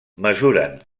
mesuren